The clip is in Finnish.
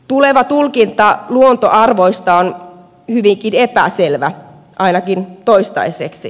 tuleva tulkinta luontoarvoista on hyvinkin epäselvä ainakin toistaiseksi